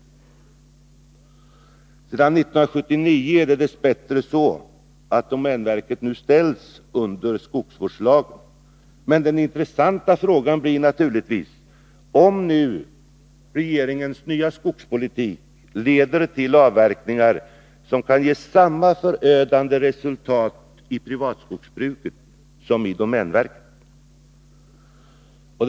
Sedan 1979 har dess bättre även domänverket ställts under skogsvårdslagen. Men den intressanta frågan blir naturligtvis om regeringens skogspolitik nu leder till avverkningar som kan ge samma förödande resultat i privatskogsbruket som i domänverket.